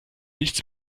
nichts